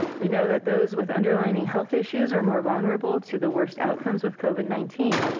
we know that those with underlining health issues are more vulnerable to the worst outcomes with covid nineteen.